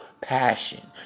passion